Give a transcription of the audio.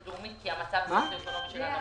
לאומית כי המצב הסוציו-אקונומי שלה נמוך.